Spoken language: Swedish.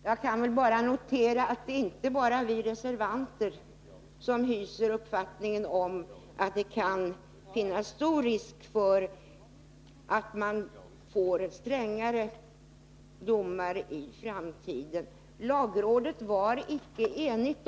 Herr talman! Jag noterar att det inte bara är vi reservanter som hyser uppfattningen attydet kan finnas stor risk för att vi får strängare domar i framtiden. Lagrådet var icke enigt.